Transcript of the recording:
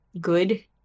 good